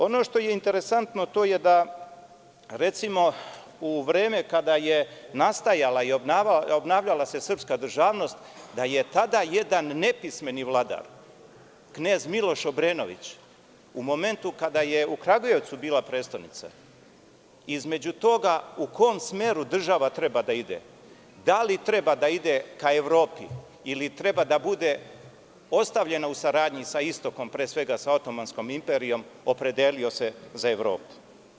Ono što je interesantno, to je da, recimo, u vreme kada je nastajala i obnavljala se srpska državnost, da je tada jedan nepismeni vladar, knez Miloš Obrenović, u momentu kada jeKragujevcu bila prestonica, između toga u kom smeru država treba da ide, da li treba da ide ka Evropi ili treba da bude ostavljena u saradnji sa istokom, pre svega sa Otomanskom imperijom, opredelio se za Evropu.